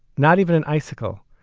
not even an icicle.